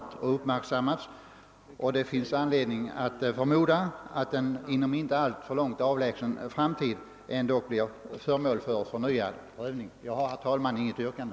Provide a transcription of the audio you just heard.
Den har blivit uppmärksammad, och det finns anledning förmoda att den inom en inte alltför avlägsen framtid ändock blir föremål för förnyad prövning. Jag har, herr talman, inget yrkande.